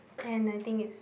and I think is